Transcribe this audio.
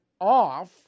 off